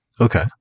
Okay